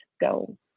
go